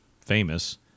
famous